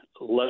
let